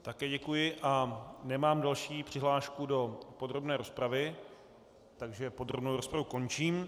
Také děkuji a nemám další přihlášku do podrobné rozpravy, takže podrobnou rozpravu končím.